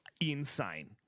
insane